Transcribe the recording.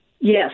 Yes